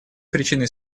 причиной